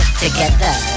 together